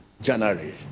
January